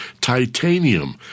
titanium